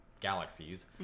galaxies